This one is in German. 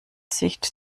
sicht